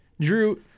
Drew